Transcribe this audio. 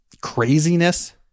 craziness